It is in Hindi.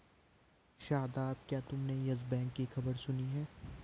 शादाब, क्या तुमने यस बैंक की खबर सुनी है?